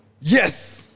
yes